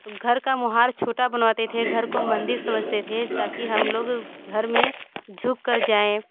घर का मोहरा छोटा बनवाते थे घर को मंदिर समझते थे ताकि हम लोग घर में झुक कर जाए